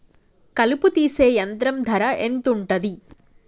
కలుపు తీసే యంత్రం ధర ఎంతుటది?